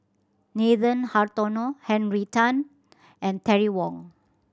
Nathan Hartono Henry Tan and Terry Wong